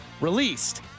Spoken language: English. released